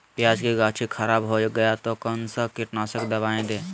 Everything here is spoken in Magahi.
प्याज की गाछी खराब हो गया तो कौन सा कीटनाशक दवाएं दे?